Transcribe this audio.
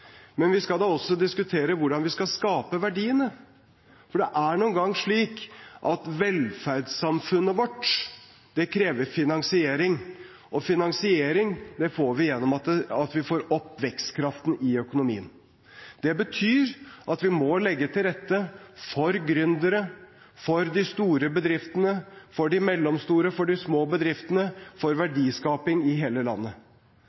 men vi skal da også diskutere hvordan vi skal skape verdiene. For det er nå engang slik at velferdssamfunnet vårt krever finansiering, og finansiering får vi ved at vi får opp vekstkraften i økonomien. Det betyr at vi må legge til rette for gründere, for de store bedriftene, for de mellomstore og for de små bedriftene – for verdiskaping i hele landet.